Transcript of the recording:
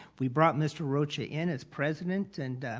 we brought mr. rocha in as president and